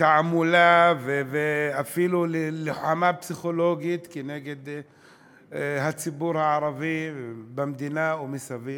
לתעמולה ואפילו ללוחמה פסיכולוגית כנגד הציבור הערבי במדינה ומסביב.